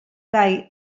gai